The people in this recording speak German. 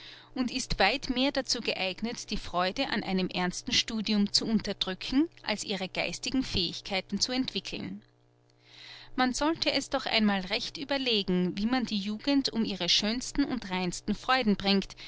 und ist weit mehr dazu geeignet die freude an einem ernsten studium zu unterdrücken als ihre geistigen fähigkeiten zu entwickeln man sollte es doch einmal recht überlegen wie man die jugend um ihre schönsten und reinsten freuden bringt